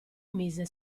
mise